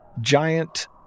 giant